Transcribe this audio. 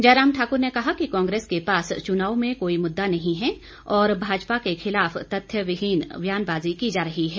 जयराम ठाकुर ने कहा कि कांग्रेस के पास चुनाव में कोई मुद्दा नहीं है और भाजपा के खिलाफ तथ्यविहिन बयानबाजी की जा रही है